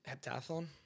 heptathlon